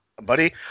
buddy